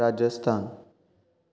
Rajasthan